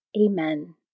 Amen